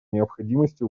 необходимости